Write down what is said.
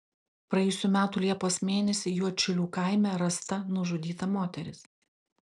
praėjusių metų liepos mėnesį juodšilių kaime rasta nužudyta moteris